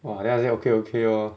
!wah! then I say okay okay lor